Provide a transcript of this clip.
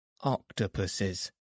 Octopuses